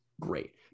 great